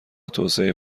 توسعه